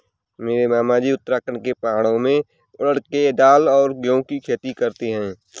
मेरे मामाजी उत्तराखंड के पहाड़ों में उड़द के दाल और गेहूं की खेती करते हैं